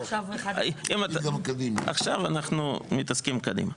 עכשיו אנחנו מתעסקים קדימה.